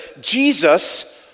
Jesus